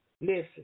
Listen